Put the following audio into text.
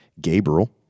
Gabriel